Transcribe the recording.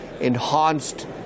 enhanced